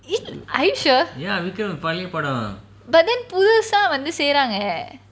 i~ are you sure but then புதுசா வந்து செய்றாங்க:puthusa vanthu seiraanga eh